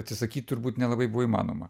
atsisakyt turbūt nelabai buvo įmanoma